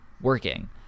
working